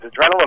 Adrenaline